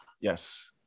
yes